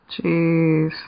Jeez